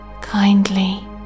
kindly